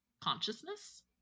consciousness